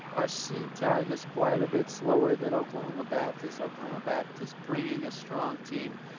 our c-time is quite a bit slower than oklahoma baptist. oklahoma baptist bringing a strong team,